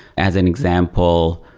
as an example,